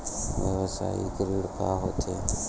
व्यवसायिक ऋण का होथे?